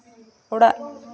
ᱚᱲᱟᱜ